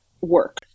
work